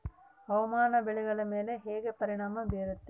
ಹವಾಮಾನ ಬೆಳೆಗಳ ಮೇಲೆ ಹೇಗೆ ಪರಿಣಾಮ ಬೇರುತ್ತೆ?